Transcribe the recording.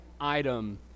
item